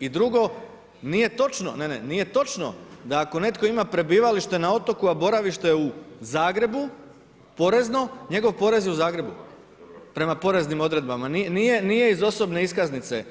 I drugo, nije točno, ne, ne, nije točno da ako netko ima prebivalište na otoku, a boravište u Zagrebu porezno, njegov porez je u Zagrebu prema poreznim odredbama, nije iz osobne iskaznice